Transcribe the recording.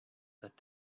that